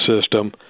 system